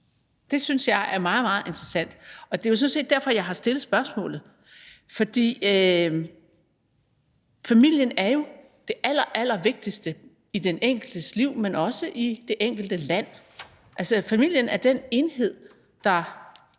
Det synes jeg er meget, meget interessant, og det er jo sådan set derfor, jeg har stillet spørgsmålet. For familien er jo det allerallervigtigste i den enkeltes liv, men også i det enkelte land. Familien er den enhed, der